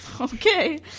Okay